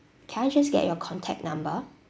can I just get your contact number